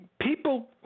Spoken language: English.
people